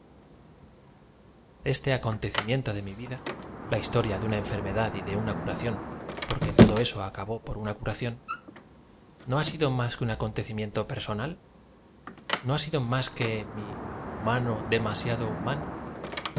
este acontecimiento de m i vid a la historia de una enfermedad y de una curación porque todo eso acabó por una curación no ha sido ms que un acontecí miento persoaalv no ha sido más que m i humano demasiado humano